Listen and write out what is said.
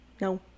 No